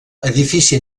edifici